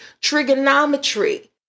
trigonometry